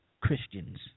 Christians